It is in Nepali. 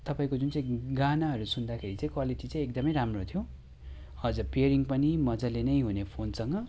तपाईँको जुन चाहिँ गानाहरू सुन्दाखेरि चाहिँ क्वालिटी चाहिँ एकदमै राम्रो थियो हजुर पियरिङ पनि मजाले ने हुने फोनसँग